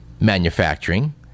manufacturing